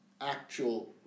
actual